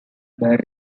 barre